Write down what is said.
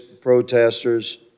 protesters